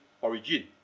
origin